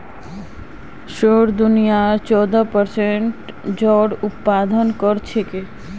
रूस दुनियार चौदह प्परसेंट जौर उत्पादन कर छेक